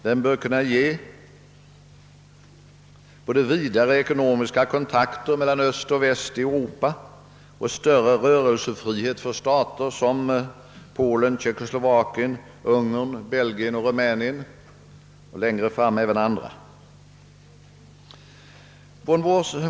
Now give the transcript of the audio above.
Den bör kunna ge både vidare ekonomiska kontakter mellan öst och väst i Europa och större rörelsefrihet för stater som Polen, Tjeckoslovakien, Ungern, Bulgarien och Rumänien — och längre fram även för andra.